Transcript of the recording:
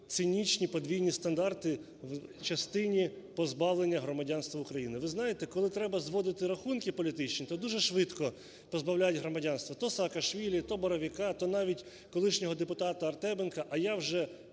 цинічні подвійні стандарти в частині позбавлення громадянства України. Ви знаєте, коли треба зводити рахунки політичні, то дуже швидко позбавляють громадянства то Саакашвілі, то Боровика, то навіть колишнього депутата Артеменка, а я вже